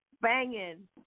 banging